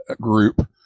group